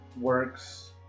works